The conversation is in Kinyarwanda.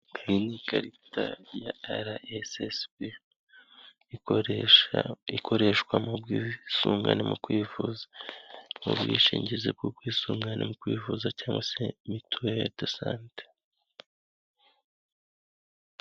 Iyi ni ikarita ya RSSB, ikoresha ikoreshwa mu bwisungane mu kwivuza, mu bwishingizi bw'ubwisungane mu kwivuza cyangwa se mituweli dosante.